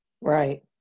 Right